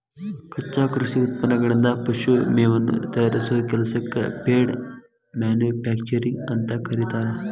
ಕಚ್ಚಾ ಕೃಷಿ ಉತ್ಪನ್ನಗಳಿಂದ ಪಶು ಮೇವನ್ನ ತಯಾರಿಸೋ ಕೆಲಸಕ್ಕ ಫೇಡ್ ಮ್ಯಾನುಫ್ಯಾಕ್ಚರಿಂಗ್ ಅಂತ ಕರೇತಾರ